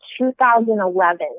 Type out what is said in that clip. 2011